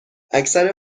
اکثر